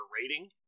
rating